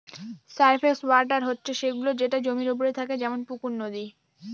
surface water হচ্ছে সে গুলো যেটা জমির ওপরে থাকে যেমন পুকুর, নদী